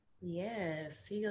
yes